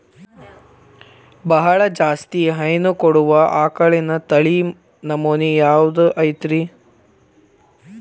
ಬಹಳ ಜಾಸ್ತಿ ಹೈನು ಕೊಡುವ ಆಕಳಿನ ತಳಿ ನಮೂನೆ ಯಾವ್ದ ಐತ್ರಿ?